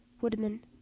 Woodman